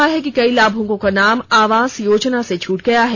संघ ने कहा है कि कई लाभुकों का नाम आवास योजना से छूट गया है